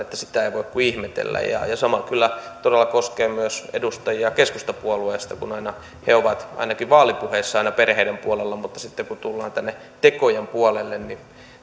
sitä ei voi kuin ihmetellä sama kyllä todella koskee myös edustajia keskustapuolueesta kun aina he ovat ainakin vaalipuheissaan perheiden puolella mutta sitten kun tullaan tänne tekojen puolelle niin